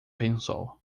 pensou